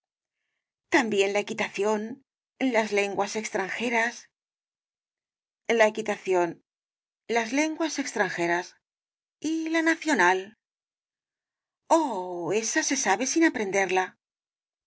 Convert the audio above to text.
también la equitación las lenguas extranjeras la equitación las lenguas extranjeras y la nacional oh esa se sabe sin aprenderla